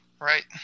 right